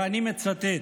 ואני מצטט: